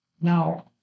Now